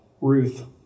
Ruth